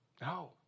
No